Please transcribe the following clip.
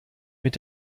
mit